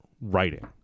writing